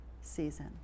season